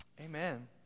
Amen